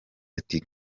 ati